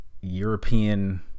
European